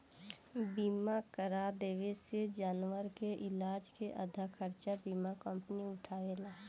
बीमा करा देवे से जानवर के इलाज के आधा खर्चा बीमा कंपनी उठावेला